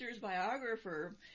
biographer